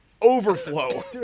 overflow